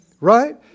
Right